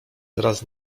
teraz